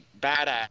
badass